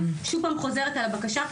שוב פעם חוזרת על הבקשה,